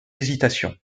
hésitation